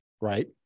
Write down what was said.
right